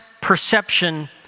perception